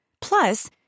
Plus